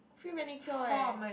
free manicure eh